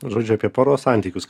žodžiu apie poros santykius